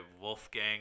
Wolfgang